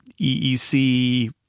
EEC